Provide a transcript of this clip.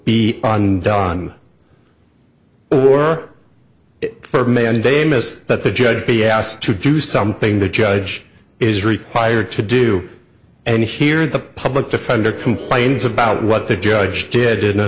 be undone or for mandamus that the judge be asked to do something the judge is required to do and here the public defender complains about what the judge did i